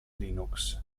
linux